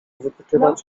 wypytywać